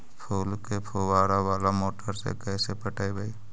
फूल के फुवारा बाला मोटर से कैसे पटइबै?